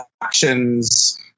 actions